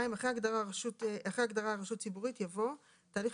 "(2)אחרי ההגדרה "רשות ציבורית" יבוא: ""תהליך